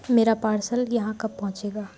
میرا پارسل یہاں کب پہنچے گا